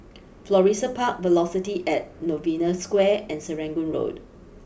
Florissa Park Velocity at Novena Square and Serangoon Road